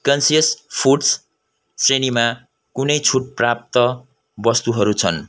conscious foods श्रेणीमा कुनै छुट प्राप्त वस्तुहरू छन्